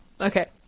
Okay